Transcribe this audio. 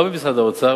לא במשרד האוצר,